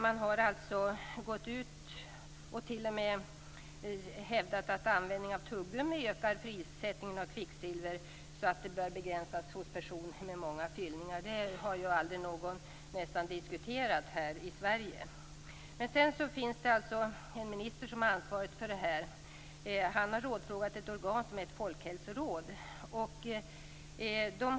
Man har t.o.m. gått ut och hävdat att användningen av tuggummi ökar frisättningen av kvicksilver, varför den användningen bör begränsas hos personer med många fyllningar. Det har väl nästan ingen diskuterat här i Sverige. En minister som har ansvaret för detta område har rådfrågat ett organ, ett folkhälsoråd.